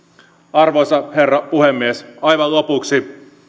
arvoisa herra puhemies aivan lopuksi